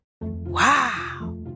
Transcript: Wow